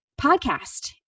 podcast